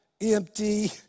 empty